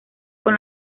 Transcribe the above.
con